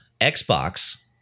Xbox